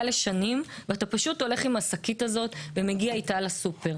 לשנים ואתה הולך עם השקית הזאת ומגיע לסופר.